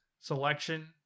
selection